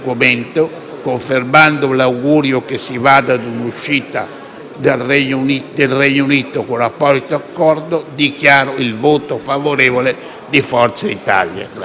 del Regno Unito con apposito accordo, dichiaro il voto favorevole di Forza Italia.